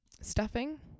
stuffing